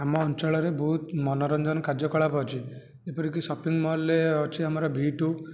ଆମ ଅଞ୍ଚଳରେ ବହୁତ ମନୋରଞ୍ଜନ କାର୍ଯ୍ୟକଳାପ ଅଛି ଯେପରିକି ସପିଂ ମଲ୍ରେ ଅଛି ଆମର ଭି ଟୁ